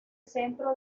centro